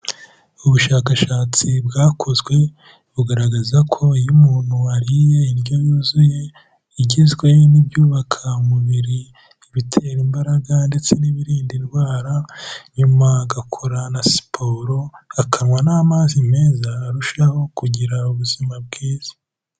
Ubushakashatsi bwakozwe bugaragaza ko iyo umuntu ariye indyo yuzuye igizwe n'ibyubaka umubiri, ibitera imbaraga ndetse n'ibiririnda indwara, nyuma agakora na siporo, akanywa n'amazi meza, arushaho kugira ubuzima bwiza.